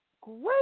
great